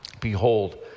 Behold